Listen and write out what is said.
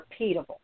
repeatable